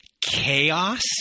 chaos